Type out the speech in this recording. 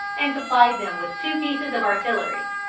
and supplied them with two pieces of artillery.